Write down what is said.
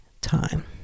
time